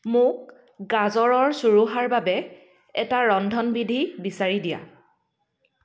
মোক গাজৰৰ চুৰুহাৰ বাবে এটা ৰন্ধনবিধি বিচাৰি দিয়া